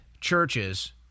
churches